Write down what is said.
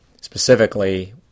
specifically